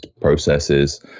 processes